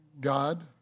God